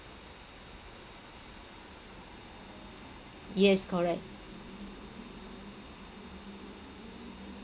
yes correct